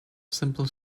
simple